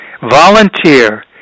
volunteer